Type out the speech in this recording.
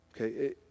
Okay